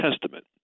Testament